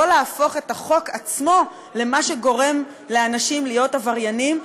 לא להפוך את החוק עצמו למה שגורם לאנשים להיות עבריינים,